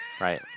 Right